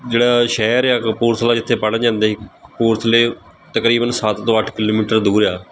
ਜਿਹੜਾ ਸ਼ਹਿਰ ਆ ਕਪੂਰਥਲਾ ਜਿੱਥੇ ਪੜ੍ਹਨ ਜਾਂਦੇ ਸੀ ਕਪੂਰਥਲੇ ਤਕਰੀਬਨ ਸੱਤ ਤੋਂ ਅੱਠ ਕਿਲੋਮੀਟਰ ਦੂਰ ਆ